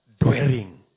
dwelling